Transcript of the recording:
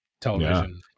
television